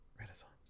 renaissance